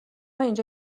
اینجا